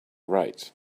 right